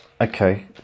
Okay